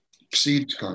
Exceeds